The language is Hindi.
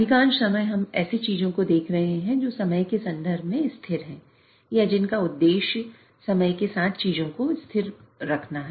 अधिकांश समय हम ऐसी चीजों को देख रहे हैं जो समय के संदर्भ में स्थिर हैं या जिनका उद्देश्य समय के साथ चीजों को स्थिर रखना है